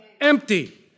Empty